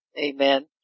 Amen